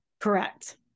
correct